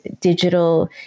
digital